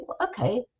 okay